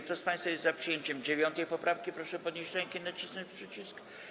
Kto z państwa jest za przyjęciem 9. poprawki, proszę podnieść rękę i nacisnąć przycisk.